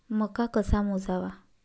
मका कसा मोजावा?